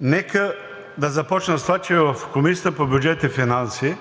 Нека да започна с това, че в Комисията по бюджет и финанси